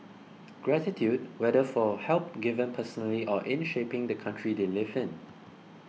gratitude whether for help given personally or in shaping the country they live in